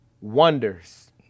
wonders